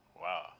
Wow